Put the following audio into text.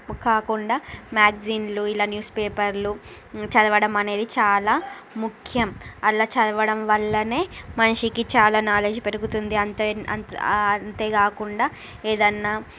కాకుండా మ్యాగ్జీన్లు ఇలా న్యూస్ పేపర్లు చదవడం అనేది చాలా ముఖ్యం అలా చదవడం వల్లనే మనిషికి చాలా నాలెడ్జ్ పెరుగుతుంది అం అంతే కాకుండా ఏదన్నా